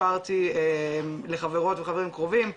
סיפרתי לחברות וחברים קרובים,